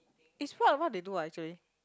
is what what they do actually